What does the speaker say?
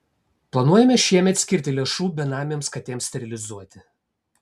planuojame šiemet skirti lėšų benamėms katėms sterilizuoti